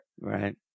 Right